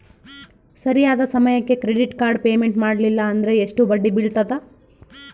ಸರಿಯಾದ ಸಮಯಕ್ಕೆ credit card payment ಮಾಡಲಿಲ್ಲ ಅಂದ್ರೆ ಎಷ್ಟು ಬಡ್ಡಿ ಬೇಳ್ತದ?